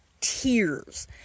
tears